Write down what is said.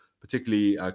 particularly